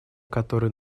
который